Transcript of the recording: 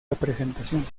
representaciones